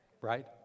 right